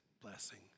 blessing